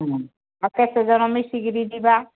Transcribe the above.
ଆଠ ଦଶ ଜଣ ମିଶିକିରି ଯିବା